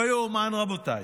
לא ייאמן, רבותיי,